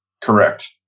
Correct